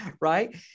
right